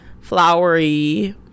flowery